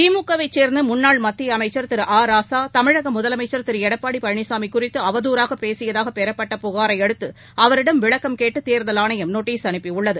திமுக வைச் சேர்ந்த முன்னாள் மத்திய அமைச்சர் திரு ஆ ராசா தமிழக முதலமைச்சர் திரு எடப்பாடி பழனிசாமி குறித்து அவதுறாக பேசியதாக பெறப்பட்ட புகாரையடுத்து அவரிடம் விளக்கம் கேட்டு தேர்தல் ஆணையம் நோட்டீஸ் அனுப்பியுள்ளது